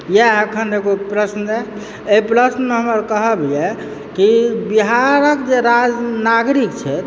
इएह अखन एगो प्रश्न यऽ एहि प्रश्नमऽ हमर कहब यऽ कि बिहारक जे राज नागरिक छथि